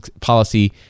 policy